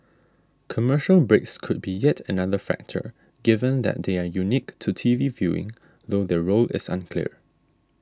commercial breaks could be yet another factor given that they are unique to T V viewing though their role is unclear